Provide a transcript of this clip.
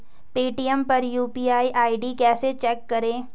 Paytm पर UPI ID कैसे check करें?